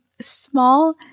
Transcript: small